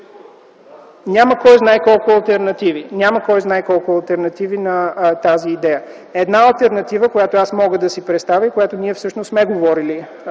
няма кой знае колко алтернативи на тази идея. Една алтернатива, която аз мога да си представя и за която всъщност ние сме говорили